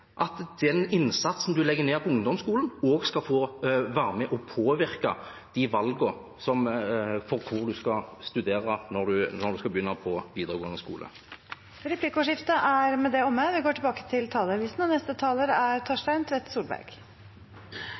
at den innsatsen man legger ned på ungdomsskolen, også skal få være med og påvirke valget av hvor man skal studere når man skal begynne på videregående skole. Replikkordskiftet er omme. Jeg er stolt av å kunne presentere Arbeiderpartiets alternative budsjett for utdanning og